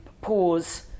pause